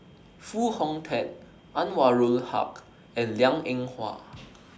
Foo Hong Tatt Anwarul Haque and Liang Eng Hwa